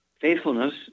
Faithfulness